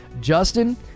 Justin